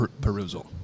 perusal